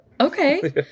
Okay